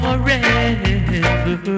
Forever